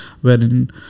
wherein